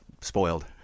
spoiled